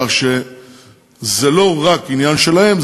כך שזה לא רק עניין שלהם,